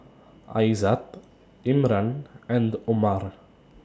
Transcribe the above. Aizat Imran and Omar